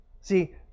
See